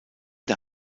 der